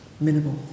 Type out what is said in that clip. Minimal